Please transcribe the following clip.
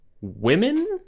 women